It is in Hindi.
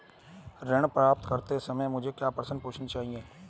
ऋण प्राप्त करते समय मुझे क्या प्रश्न पूछने चाहिए?